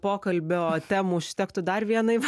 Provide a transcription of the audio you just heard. pokalbio temų užtektų dar vienai